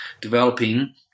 developing